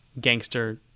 gangster